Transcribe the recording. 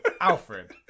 Alfred